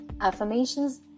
Affirmations